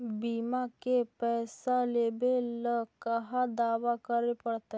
बिमा के पैसा लेबे ल कहा दावा करे पड़तै?